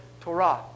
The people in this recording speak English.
Torah